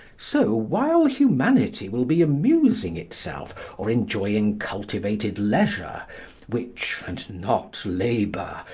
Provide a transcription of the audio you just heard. so while humanity will be amusing itself, or enjoying cultivated leisure which, and not labour,